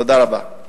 תודה רבה.